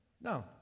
No